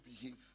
behave